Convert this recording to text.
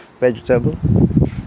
vegetable